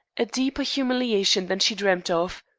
a deeper humiliation than she dreamed of.